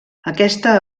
aquesta